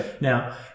Now